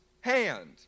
hand